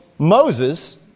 Moses